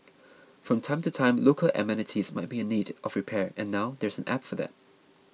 from time to time local amenities might be in need of repair and now there's an app for that